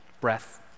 breath